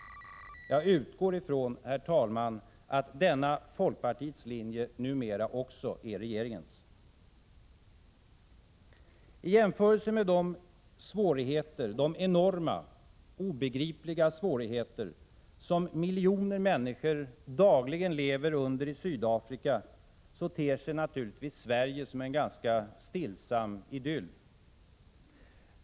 Jag utgår från, herr talman, att denna folkpartiets linje numera också är regeringens. I jämförelse med de enorma, obegripliga svårigheter som miljoner människor dagligen lever under i Sydafrika ter sig naturligtvis Sverige som en ganska stillsam idyll.